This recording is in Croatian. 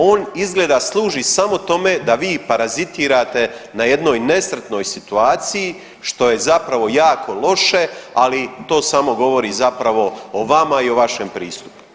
On izgleda služi samo tome da vi parazitirate na jednoj nesretnoj situaciji što je zapravo jako loše, ali to samo govori zapravo o vama i o vašem pristupu.